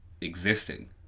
existing